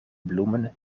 bloemen